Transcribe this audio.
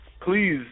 please